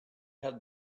have